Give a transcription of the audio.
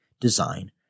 design